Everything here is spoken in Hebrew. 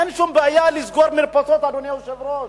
אין שום בעיה לסגור מרפסות, אדוני היושב-ראש.